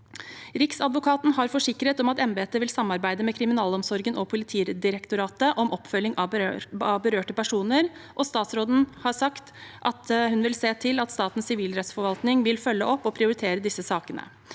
Riksadvokaten har forsikret om at embetet vil samarbeide med kriminalomsorgen og Politidirektoratet om oppfølging av berørte personer, og statsråden har sagt hun vil se til at Statens sivilrettsforvaltning følger opp og prioriterer disse sakene.